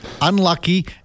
unlucky